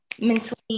Mentally